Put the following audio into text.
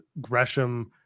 Gresham